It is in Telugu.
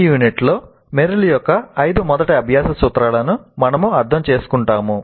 ఈ యూనిట్లో మెర్రిల్ యొక్క ఐదు మొదటి అభ్యాస సూత్రాలను మనము అర్థం చేసుకుంటాము